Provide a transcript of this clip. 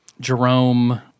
Jerome